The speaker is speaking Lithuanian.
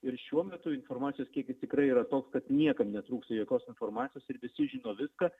ir šiuo metu informacijos kiekis tikrai yra toks kad niekam netrūksta jokios informacijos ir visi žino viską